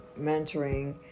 mentoring